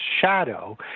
shadow